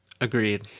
agreed